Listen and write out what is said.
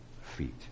feet